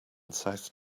south